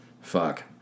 Fuck